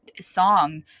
song